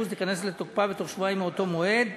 תיכנס לתוקפה בתוך שבועיים מאותו מועד,